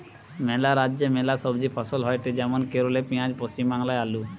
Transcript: ম্যালা রাজ্যে ম্যালা সবজি ফসল হয়টে যেমন কেরালে পেঁয়াজ, পশ্চিম বাংলায় আলু